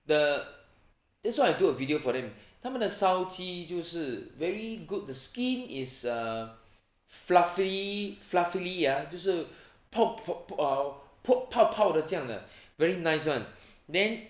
err this [one] I do a video for them 他们的烧鸡就是 very good the skin is a fluffy fluffily ah 就是 pop po~ err 泡泡的这样的 very nice [one] then